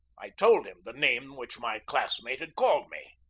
i told him the name which my classmate had called me.